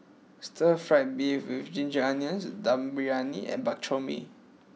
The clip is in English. Stir Fried Beef with Ginger Onions Dum Briyani and Bak Chor Mee